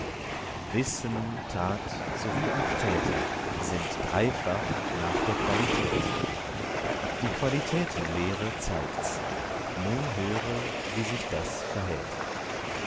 wissen tat sowie auch täter sind dreifach nach der qualität die qualitätenlehre zeigt's nun höre wie sich das verhält